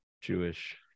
Jewish